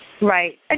Right